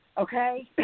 okay